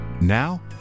Now